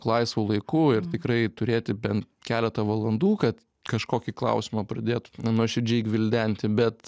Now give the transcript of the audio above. laisvu laiku ir tikrai turėti bent keletą valandų kad kažkokį klausimą pradėt nuoširdžiai gvildenti bet